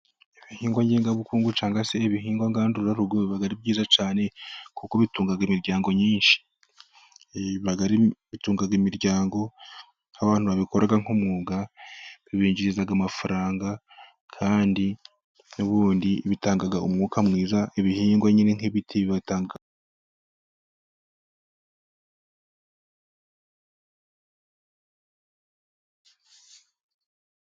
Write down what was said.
Ibihingwa ngengabukungu cyangwa se ibihingwa ngandurarugo biba ari byiza cyane, kuko bitunga imiryango myinshi. Bitunga imiryango, abantu babikora nk'umwuga bibinjiriza amafaranga, kandi ubundi bitanga umwuka mwiza. Ibihingwa nyine nk'ibiti bitanga...